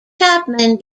chapman